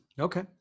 Okay